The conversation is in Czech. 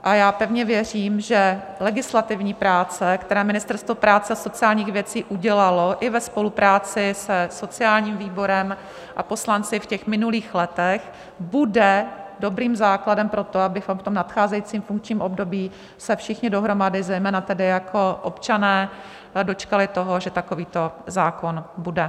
A já pevně věřím, že legislativní práce, které Ministerstvo práce a sociálních věcí udělalo i ve spolupráci se sociálním výborem a poslanci v minulých letech, bude dobrým základem pro to, abychom v nadcházejícím funkčním období se všichni dohromady, zejména jako občané, dočkali toho, že takovýto zákon bude.